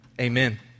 Amen